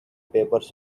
papers